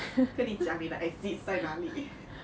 跟你讲你的 exits 在哪里